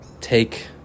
take